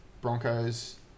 Broncos